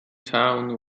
town